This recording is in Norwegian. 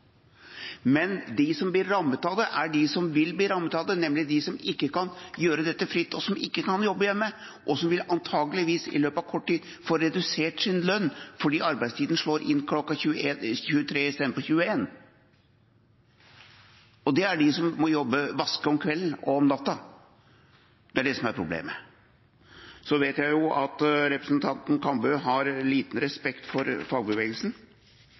Men de som vil bli rammet av det, er de som ikke kan gjøre dette fritt, som ikke kan jobbe hjemmefra, og som i løpet av kort tid antageligvis vil få redusert sin lønn fordi arbeidstiden slår inn kl. 23 i stedet for kl. 21. Det er de som må vaske om kvelden og natten. Det er det som er problemet. Jeg vet at representanten Kambe har liten respekt for fagbevegelsen.